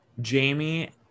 jamie